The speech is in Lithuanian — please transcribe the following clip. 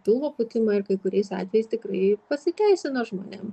pilvo pūtimą ir kai kuriais atvejais tikrai pasiteisina žmonėm